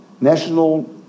National